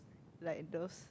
like those